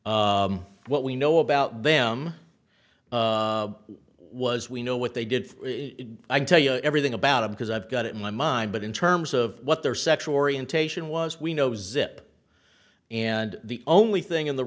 jurors what we know about them was we know what they did i tell you everything about it because i've got it in my mind but in terms of what their sexual orientation was we know zip and the only thing in the